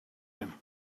him